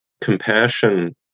compassion